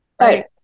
Right